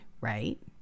right